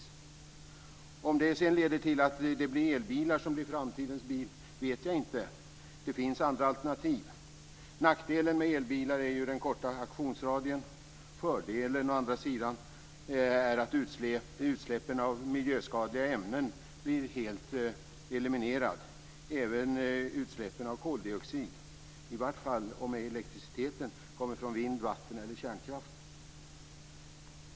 Om det sedan leder till att det blir elbilen som blir framtidens bil vet jag inte. Det finns andra alternativ. Nackdelen med elbilar är den korta aktionsradien. Fördelen är å andra sidan att utsläppen av miljöskadliga ämnen blir helt eliminerade - även utsläppen av koldioxid, i vart fall om elektriciteten kommer från vind-, vatten eller kärnkraft.